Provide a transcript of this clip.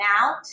out